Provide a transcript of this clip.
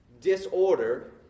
Disorder